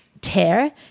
tear